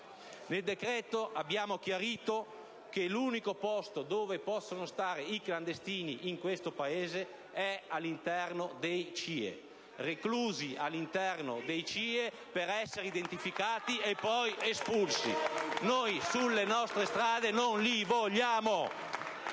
Nel decreto abbiamo chiarito che l'unico posto dove possono stare i clandestini in questo Pese è all'interno dei CIE, reclusi all'interno dei CIE per essere identificati e poi espulsi. Noi sulle nostre strade non li vogliamo!